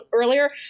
earlier